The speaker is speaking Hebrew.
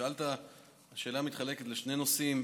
השאלה מתחלקת לשני נושאים.